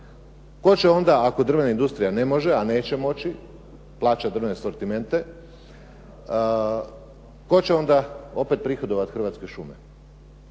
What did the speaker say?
Tko će onda ako drvna industrija ne može, a neće moći plaćati drvne asortimente, tko će onda opet prihodovati Hrvatske šume?